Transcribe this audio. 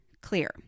clear